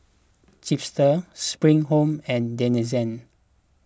Chipster Spring Home and Denizen